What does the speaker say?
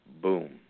boom